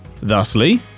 Thusly